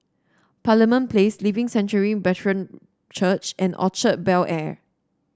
Parliament Place Living Sanctuary Brethren Church and Orchard Bel Air